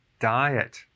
diet